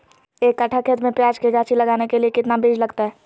एक कट्ठा खेत में प्याज के गाछी लगाना के लिए कितना बिज लगतय?